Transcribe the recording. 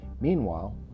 Meanwhile